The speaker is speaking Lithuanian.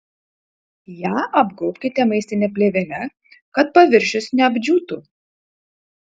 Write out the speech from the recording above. ją apgaubkite maistine plėvele kad paviršius neapdžiūtų